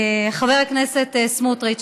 חבר הכנסת סמוטריץ,